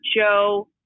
Joe